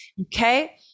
Okay